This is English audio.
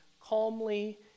calmly